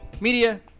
Media